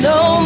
no